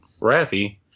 Rafi